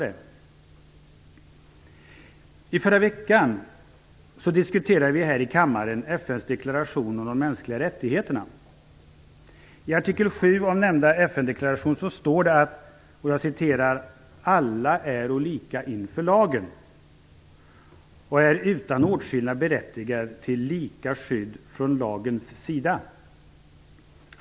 I förra veckan diskuterade vi här i kammaren FN:s deklaration om de mänskliga rättigheterna. I artikel 7 i nämnda FN-deklaration står det: "Alla äro lika inför lagen och äro utan åtskillnad berättigade till lika skydd från lagens sida.